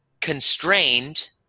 constrained